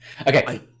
Okay